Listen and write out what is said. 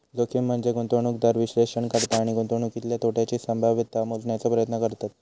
जोखीम म्हनजे गुंतवणूकदार विश्लेषण करता आणि गुंतवणुकीतल्या तोट्याची संभाव्यता मोजण्याचो प्रयत्न करतत